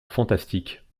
fantastique